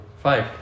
Five